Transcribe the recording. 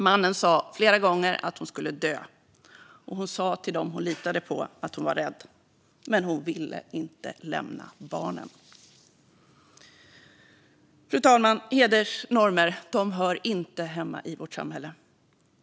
Mannen sa flera gånger att hon skulle dö, och hon sa till dem hon litade på att hon var rädd. Men hon ville inte lämna barnen. Fru talman! Hedersnormer hör inte hemma i vårt samhälle.